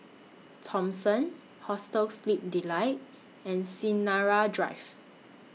Thomson Hostel Sleep Delight and Sinaran Drive